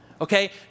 Okay